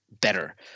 better